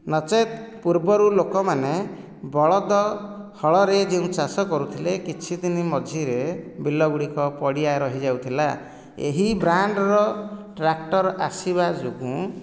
ନଚେତ୍ ପୂର୍ବରୁ ଲୋକମାନେ ବଳଦ ହଳରେ ଯେଉଁ ଚାଷ କରୁଥିଲେ କିଛି ଦିନି ମଝିରେ ବିଲ ଗୁଡ଼ିକ ପଡ଼ିଆ ରହିଯାଉଥିଲା ଏହି ବ୍ରାଣ୍ଡର ଟ୍ରାକ୍ଟର ଆସିବା ଯୋଗୁଁ